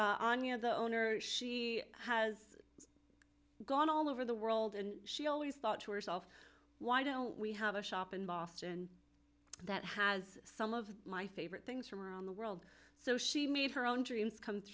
she the owner or she has gone all over the world and she always thought to herself why don't we have a shop in boston that has some of my favorite things from around the world so she made her own dreams come